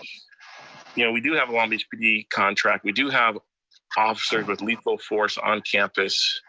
yeah we do have a long beach pd contract, we do have officers with lethal force on campus,